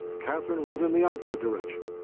katherine went in the opposite direction,